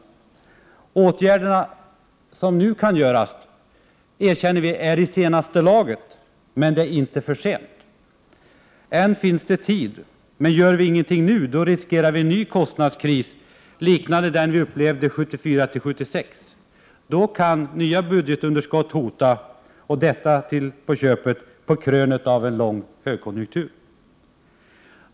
De åtgärder som nu kan vidtas kommer — det erkänner vi — i senaste laget. Men det är inte för sent. Än finns det tid. Men gör vi ingenting nu, riskerar vi en ny kostnadskris liknande den vi upplevde 1974-1976. Då kan nya budgetunderskott hota, och detta till på köpet på krönet av en lång högkonjunktur.